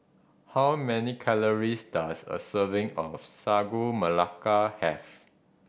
how many calories does a serving of Sagu Melaka have